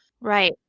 Right